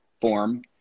form